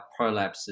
prolapses